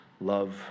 Love